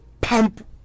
pump